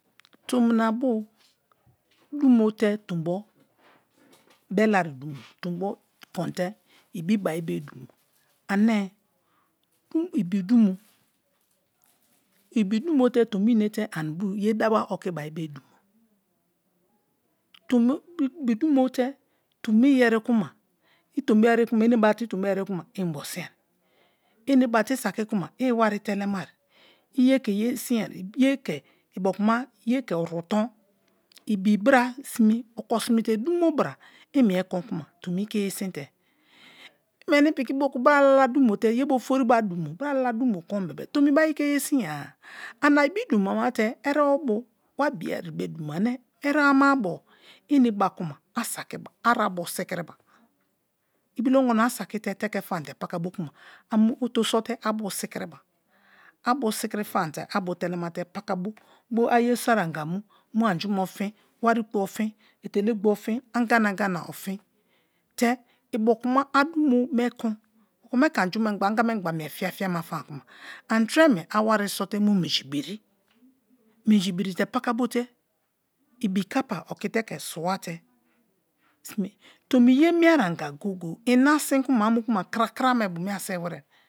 Tomina bo dumo te tombo beleri dumo tombo konte ibibari be dumo ane ibi dumo ibidumo te tombo ine te anibo ye dawa oki bari be dumo, ibi dumk te tombo iyeri kuma i tombo eri kuma, ane bate i tombo erikuma i inbo sin te, ene bara te i saki kuma i iwari telemai, i ye ke ye sin ye, ye ke ibiokuma oru ton ibi bra sime oko seini te dumo bra i mie kon kuma tomi i ke yesin te i meni piki moku baralala dumo te ye bo ofori bo a dumo baralala dumo kon be-e tomi bari i ke ye sinya ana ibi dumo mate erebo bo wa biye be dumo ane erebo ama-abo ane ba-a kuma a sakiba a abwo sikiriba ibica-ongono a siki te teke fama te pakabo kuma a mu oto so abu sikiriba, a bu sikiri fam te a bu telemate pakabo bo aye soi anga mu, mu anju me ofin, wari kpo ofin, etela-a ogbo ofin, anganagana ofin te ibiokumma a dumo me kon okome ke angumegba angamengba mie fiafia ma fam kuma ani tre me a wari so te mu minj biri, minji biri te paka bo te ibi kapa oki te ke swa te sime. Tomi ye mie anga goge-e ina sin kuma amukuma krakra me bo ane a sewe̱re̱.